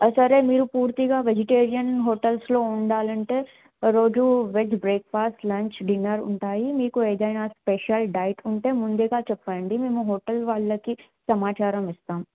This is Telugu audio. సరే మీరు పూర్తిగా వెజిటేరియన్ హోటల్స్లో ఉండాలి అంటే రోజు వెజ్ బ్రేక్ఫాస్ట్ లంచ్ డిన్నర్ ఉంటాయి మీకు ఏదైనా స్పెషల్ డైట్ ఉంటే ముందుగా చెప్పండి మేము హోటల్ వాళ్ళకి సమాచారం ఇస్తాం